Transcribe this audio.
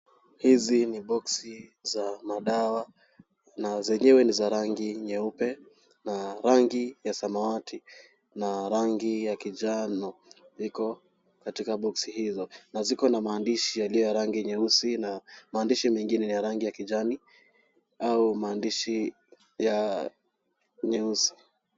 Hizi ni boksi za madawa na zenyewe ni za rangi nyeupe na rangi ya samawati na rangi ya kijano ziko katika boksi hizo na ziko na maandishi yaliyo ya rangi nyeusi na maandishi mengine ni ya rangi ya kijani au maandishi ya nyeusi.